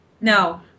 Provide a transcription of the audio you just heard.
No